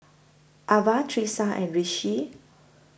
Avah Tisha and Rishi